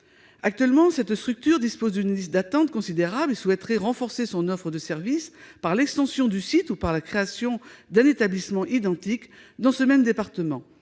Actuellement, cette structure dispose d'une liste d'attente considérable et souhaiterait renforcer son offre de services par l'extension du site ou par la création d'un établissement identique dans ce même département.